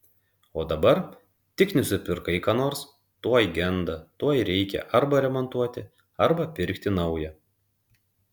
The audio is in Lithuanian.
o dabar tik nusipirkai ką nors tuoj genda tuoj reikia arba remontuoti arba pirkti naują